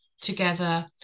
together